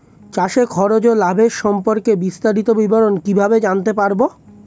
চাষে খরচ ও লাভের সম্পর্কে বিস্তারিত বিবরণ কিভাবে জানতে পারব?